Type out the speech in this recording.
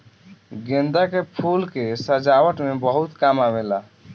गेंदा के फूल के सजावट में बहुत काम आवेला